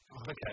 Okay